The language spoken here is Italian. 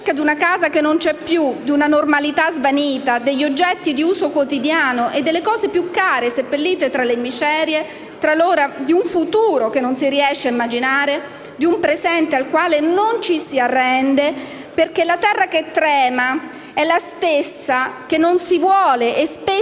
di una casa che non c'è più, di una normalità svanita, degli oggetti di uso quotidiano, delle cose più care, seppellite tra le macerie; talora di un futuro che non si riesce a immaginare e di un presente al quale non ci si arrende, perché la terra che trema è la stessa che non si vuole e spesso